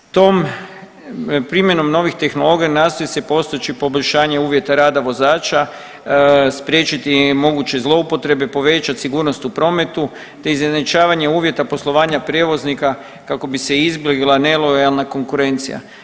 Tom primjenom novih tehnologija nastoji se postići poboljšanje uvjeta rada vozača, spriječiti moguće zloupotrebe, povećati sigurnost u prometu, te izjednačavanje uvjeta poslovanja prijevoznika kako bi se izbjegla nelojalna konkurencija.